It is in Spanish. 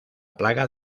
plaga